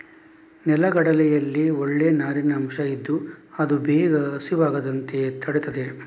ನೆಲಗಡಲೆಯಲ್ಲಿ ಒಳ್ಳೇ ನಾರಿನ ಅಂಶ ಇದ್ದು ಅದು ಬೇಗ ಹಸಿವಾಗದಂತೆ ತಡೀತದೆ